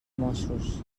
mossos